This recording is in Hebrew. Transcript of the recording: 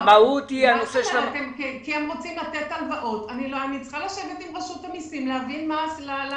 הם רוצים לתת הלוואות ואני צריכה לשבת עם רשות המסים כדי להבין למה